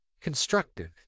constructive